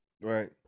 Right